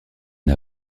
une